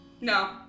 No